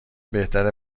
بهتره